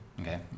Okay